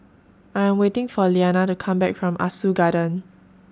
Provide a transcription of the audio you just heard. I Am waiting For Iyanna to Come Back from Ah Soo Garden